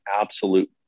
absolute